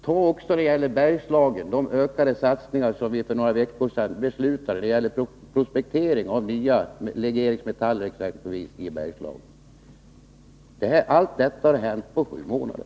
För Bergslagens del skall vi också räkna med de ökade satsningar som vi för några veckor sedan beslutade om, exempelvis för prospektering av nya legeringsmetaller. Allt detta har hänt på sju månader.